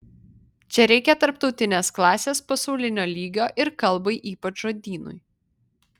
čia reikia tarptautinės klasės pasaulinio lygio ir kalbai ypač žodynui